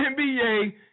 NBA